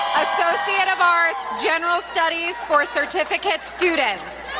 associate of arts, general studies for certificate students.